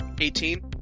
Eighteen